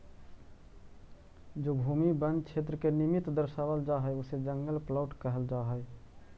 जो भूमि वन क्षेत्र के निमित्त दर्शावल जा हई उसे जंगल प्लॉट कहल जा हई